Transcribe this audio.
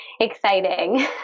exciting